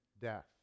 death